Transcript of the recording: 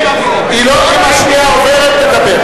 אם השנייה עוברת נדבר,